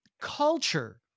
culture